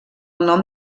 nom